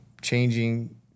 Changing